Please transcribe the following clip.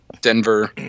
Denver